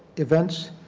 events.